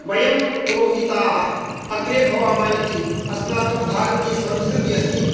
वयं पुरोहिताः अग्रे भवामः इति अस्माकं भारतीयसंस्कृतिः अस्ति